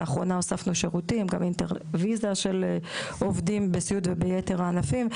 לאחרונה הוספנו שירותים גם אינטרויזה של עובדים בסיעוד וביתר הענפים.